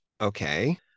Okay